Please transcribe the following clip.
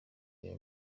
iyi